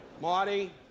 Marty